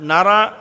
Nara